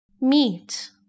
Meet